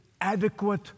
adequate